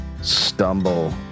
stumble